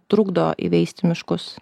trukdo įveisti miškus